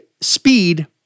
speed